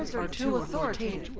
um so too authoritative!